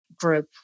group